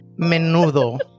menudo